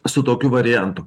su tokiu variantu